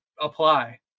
apply